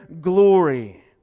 glory